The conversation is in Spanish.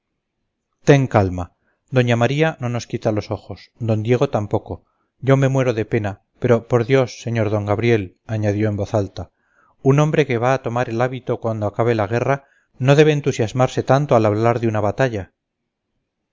ten calma doña maría no nos quita los ojos d diego tampoco yo me muero de pena pero por dios sr d gabriel añadió en voz alta un hombre que va a tomar el hábito cuando acabe la guerra no debe entusiasmarse tanto al hablar de una batalla